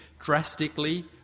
drastically